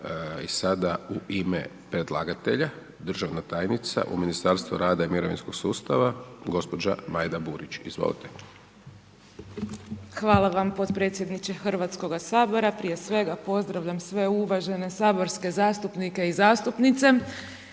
I sada u ime predlagatelja, državna tajnica u Ministarstvu rada i mirovinskog sustava, gospođa Majda Burić, izvolte. **Burić, Majda (HDZ)** Hvala vam podpredsjedniče Hrvatskoga sabora, prije svega pozdravljam sve uvažene saborske zastupnike i zastupnice